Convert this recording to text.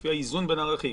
לפי איזון בין ערכים.